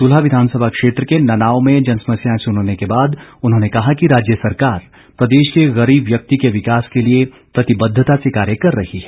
सुलह विधानसभा क्षेत्र के ननाओं में जनसमस्याएं सुनने के बाद उन्होंने कहा कि राज्य सरकार प्रदेश के गरीब व्यक्ति के विकास के लिए प्रतिबद्धता से कार्य कर रही है